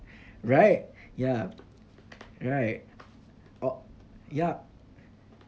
right ya right or ya